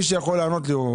מי שיכול לענות לי,